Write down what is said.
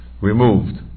removed